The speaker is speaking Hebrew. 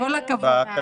כל הכבוד.